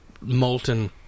molten